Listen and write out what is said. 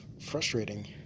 frustrating